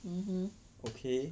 mmhmm